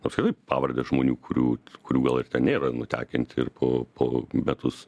apskritai pavardes žmonių kurių kurių gal ir ten nėra nutekinti ir po po metus